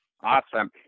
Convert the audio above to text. Awesome